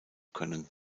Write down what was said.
können